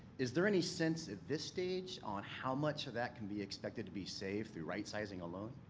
is there any sense at this stage on how much of that can be expected to be saved through right sizing a loan?